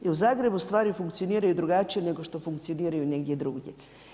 I u Zagrebu stvari funkcioniraju drugačije, nego što funkcioniraju negdje drugdje.